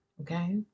okay